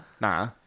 Nah